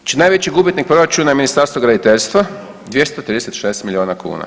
Najveći gubitnik proračuna je Ministarstvo graditeljstva 236 milijuna kuna.